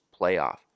playoff